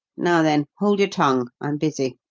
now, then, hold your tongue i'm busy.